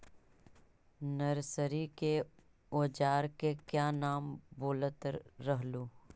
Nursery के ओजार के क्या नाम बोलत रहलू?